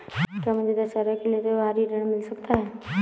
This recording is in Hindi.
क्या मुझे दशहरा के लिए त्योहारी ऋण मिल सकता है?